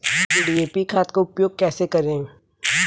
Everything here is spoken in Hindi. डी.ए.पी खाद का उपयोग कैसे करें?